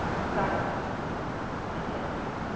کَرَن اَچھا